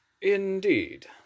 Indeed